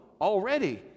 already